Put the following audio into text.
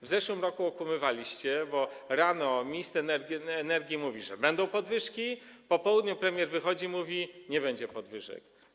W zeszłym roku okłamywaliście, bo rano minister energii mówił, że będą podwyżki, po południu premier wychodził i mówił, że nie będzie podwyżek.